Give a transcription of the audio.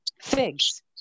figs